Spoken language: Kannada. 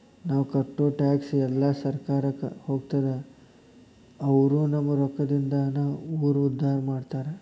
ನಾವ್ ಕಟ್ಟೋ ಟ್ಯಾಕ್ಸ್ ಎಲ್ಲಾ ಸರ್ಕಾರಕ್ಕ ಹೋಗ್ತದ ಅವ್ರು ನಮ್ ರೊಕ್ಕದಿಂದಾನ ಊರ್ ಉದ್ದಾರ ಮಾಡ್ತಾರಾ